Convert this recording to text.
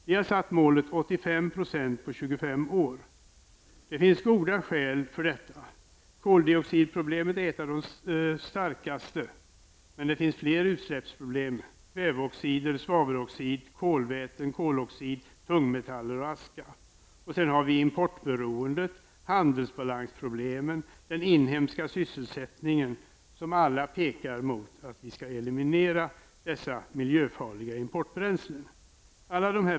Vi har satt målet 85 % på 25 år. Det finns goda skäl för detta. Koldioxidproblemet är ett av de starkaste, men det finns fler utsläppsproblem: kväveoxider, svaveloxider, kolväten, koloxid, tungmetaller och aska. Sedan har vi importberoendet, handelsbalansproblemen och den inhemska sysselsättningen, som alla pekar mot att vi skall eliminera dessa miljöfarliga importbränslen.